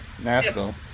Nashville